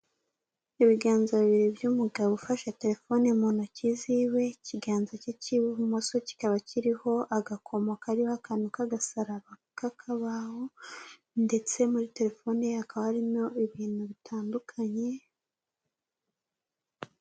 Ibiganza bibiri by'umugabo ufashe telefone mu ntoki ziwe, ikiganza cye cy'ibumoso kikaba kiriho agakomo kariho akantu k'agasaraba k'akabaho ndetse muri telefone ye hakaba harimo ibintu bitandukanye.